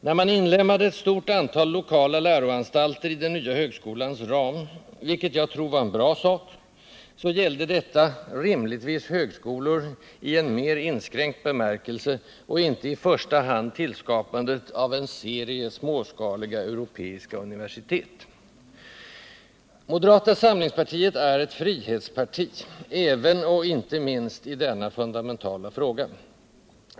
När man inlemmade ett stort antal lokala läroanstalter i den nya högskolans ram, vilket jag tror var en bra sak, gällde detta rimligtvis högskolor i en mer inskränkt bemärkelse och inte i första hand tillskapandet av en serie småskaliga europeiska universitet. Moderata samlingspartiet är ett frihetsparti, även och inte minst i denna fundamentala fråga.